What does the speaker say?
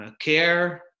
care